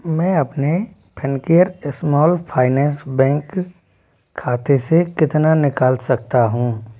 मैं अपने Fincare Small Finance Bank खाते से कितना निकाल सकता हूँ